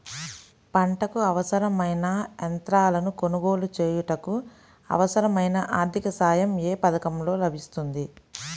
పంటకు అవసరమైన యంత్రాలను కొనగోలు చేయుటకు, అవసరమైన ఆర్థిక సాయం యే పథకంలో లభిస్తుంది?